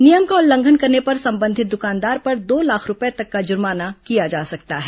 नियम का उल्लंघन करने पर संबंधित दुकानदार पर दो लाख रूपये तक का जुर्माना किया जा सकता है